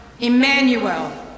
Emmanuel